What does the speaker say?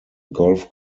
golf